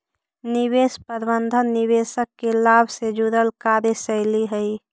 निवेश प्रबंधन निवेशक के लाभ से जुड़ल कार्यशैली हइ